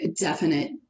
definite